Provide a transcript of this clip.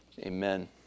amen